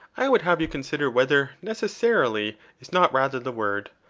i would have you consider whether necessarily is not rather the word.